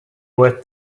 were